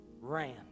Ran